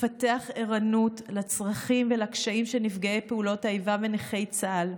לפתח ערנות לצרכים ולקשיים של נפגעי פעולות האיבה ונכי צה"ל,